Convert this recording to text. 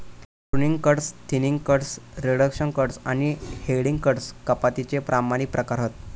pruning cuts, thinning cuts, reduction cuts आणि heading cuts कपातीचे प्राथमिक प्रकार हत